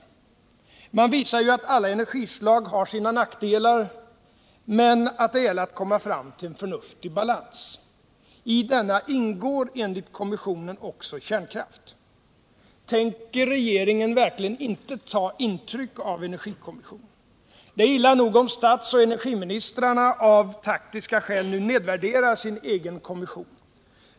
Man visar ju att alla energislag har sina nackdelar men att det gäller att komma fram till en förnuftig balans. I denna ingår enligt kommissionen också kärnkraft. Tänker regeringen verkligen inte ta intryck av energikommissionen? Det är illa nog att statsoch energiministrarna av taktiska skäl nu nedvärderar sin egen kommission.